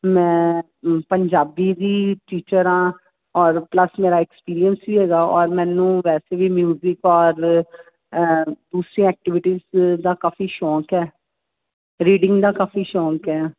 ਮੈਂ ਪੰਜਾਬੀ ਦੀ ਟੀਚਰ ਹਾਂ ਔਰ ਪਲੱਸ ਮੇਰਾ ਐਕਸਪੀਰੀਅੰਸ ਵੀ ਹੈਗਾ ਔਰ ਮੈਨੂੰ ਵੈਸੇ ਵੀ ਮਿਊਜਿਕ ਔਰ ਦੂਸਰੀਆਂ ਐਕਟੀਵਿਟੀਜ ਦਾ ਕਾਫੀ ਸ਼ੌਂਕ ਹੈ ਰੀਡਿੰਗ ਦਾ ਕਾਫੀ ਸ਼ੌਂਕ ਹੈ